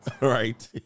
Right